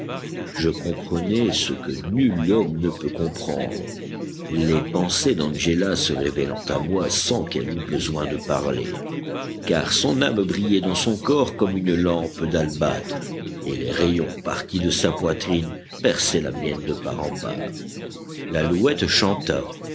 je comprenais ce que nul homme ne peut comprendre les pensées d'angéla se révélant à moi sans qu'elle eût besoin de parler car son âme brillait dans son corps comme une lampe d'albâtre et les rayons partis de sa poitrine perçaient la mienne de part en part l'alouette chanta